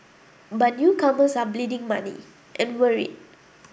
but newcomers are bleeding money and worried